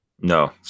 no